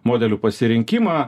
modelių pasirinkimą